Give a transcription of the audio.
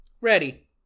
Ready